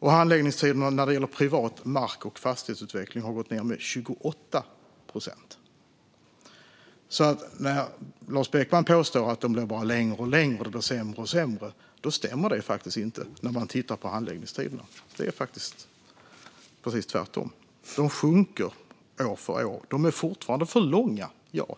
Och handläggningstiderna när det gäller privat mark och fastighetsutveckling har gått ned med 28 procent. När Lars Beckman påstår att handläggningstiderna bara blir längre och längre och att det bara blir sämre och sämre stämmer det alltså inte. Det är faktiskt precis tvärtom. De sjunker år för år. De är fortfarande för långa, ja.